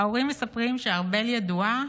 ההורים מספרים שארבל ידועה